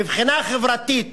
מבחינה חברתית